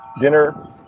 dinner